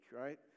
right